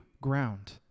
ground